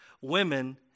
women